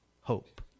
hope